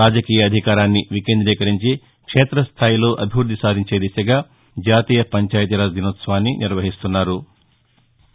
రాజకీయ అధికారాన్ని వికేందీకరించి క్షేతస్థాయిలో అభివృద్ది సాధించే దిశగా జాతీయ పంచాయితీ రాజ్ దినోత్సవాన్ని జరుపుకుంటున్నాం